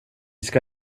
ska